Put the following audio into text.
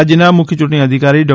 રાજ્યના મુખ્ય યૂંટણી અધિકારી ડૉ